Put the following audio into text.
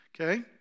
okay